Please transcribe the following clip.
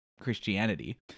Christianity